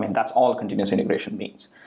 and that's all continuous integration means.